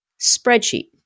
Spreadsheet